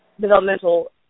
developmental